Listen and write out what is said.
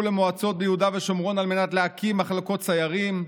למועצות ביהודה ושומרון על מנת להקים מחלקות סיירים.